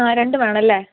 ആ രണ്ട് വേണമല്ലേ